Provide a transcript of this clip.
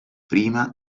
prima